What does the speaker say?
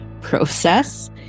process